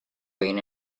pain